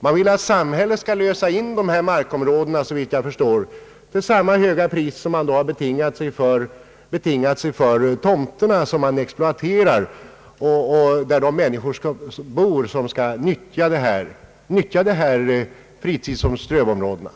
Man vill att samhället skall lösa in dessa markområden, såvitt jag förstår, för samma höga priser som man har bundit sig för vid exploateringen av dessa tomter där de människor bor som skall utnyttja marken som fritidsoch strövområden.